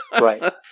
Right